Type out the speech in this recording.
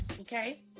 Okay